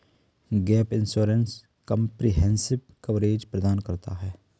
gap insurance comprehensive coverage प्रदान करता है